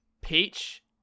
Peach